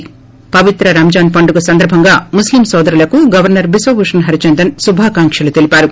ి పవిత్ర రంజాన్ మాసం ముగిసిన సందర్బంగా ముస్లిం నోదరులకు గవర్చర్ బిశ్వభూషణ్ హరిచందన్ శుభాకాంక్షలు తెలిపారు